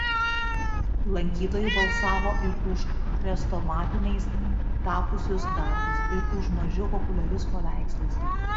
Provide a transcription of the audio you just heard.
lankytojai balsavo ir už chrestomatiniais tapusius darbus ir už mažiau populiarius paveikslus